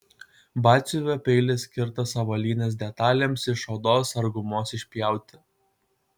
batsiuvio peilis skirtas avalynės detalėms iš odos ar gumos išpjauti